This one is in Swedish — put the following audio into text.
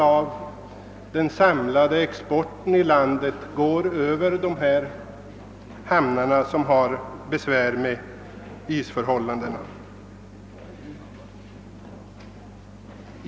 Av den samlade exporten i landet går 50 procent över de hamnar som har besvär med isförhållandena.